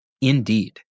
Indeed